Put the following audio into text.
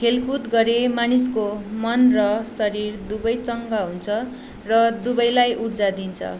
खेलकुद गरे मानिसको मन र शरीर दुवै चङ्गा हुन्छ र दुवैलाई उर्जा दिन्छ